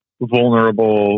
vulnerable